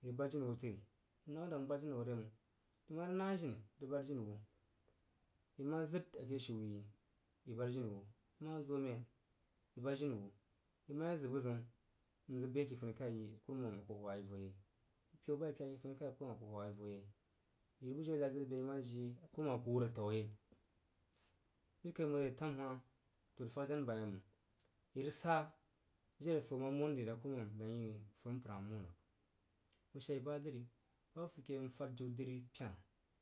i rig bad jini wu təri i nasanag n bad jini woh re məng i ma rig nah jiri i bad jini wu i ma zid a ke shiumen i bad jini wu i ma zo men i bad jini wu i ma ye z. g buzəun n zig be ke funikau yi ri i a kurumam a ku hwa yo voyei bu peu ba i pyak a ke funikau a kurumam a ku hwa yi voyei yiri bujiu i bən n whi be ke funikau a kurumam a ku hwa yi vo yei jiri kai məng re tam hah dori faghi dan ba yei məng. I rig sa jiri a swo ma mon dri rig a kurumam dang wui swo mpər hah mon rig bəg shee yi ba nəri ba hub sig ke yei n fad jiu dri pina chan.